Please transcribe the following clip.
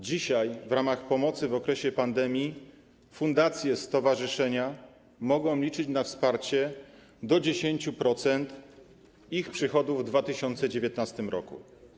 Dzisiaj w ramach pomocy w okresie pandemii fundacje, stowarzyszenia mogą liczyć na wsparcie sięgające do 10% ich przychodów z 2019 r.